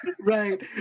Right